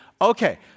Okay